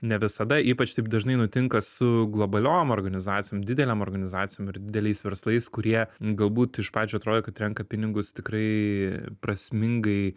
ne visada ypač taip dažnai nutinka su globaliom organizacijom didelėm organizacijom ir dideliais verslais kurie galbūt iš pradžių atrodė kad renka pinigus tikrai prasmingai